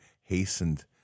hastened